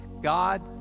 God